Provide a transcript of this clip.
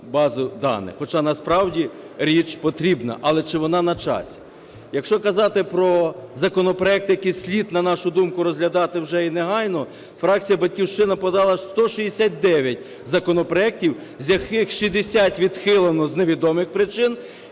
базу даних, хоча насправді річ потрібна. Але, чи вона на часі? Якщо казати про законопроект, який слід, на нашу думку, розглядати вже і негайно, фракція "Батьківщина" подала 169 законопроектів, з яких 60 відхилено з невідомих причин,